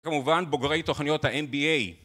כמובן בוגרי תוכניות ה-MBA